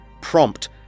prompt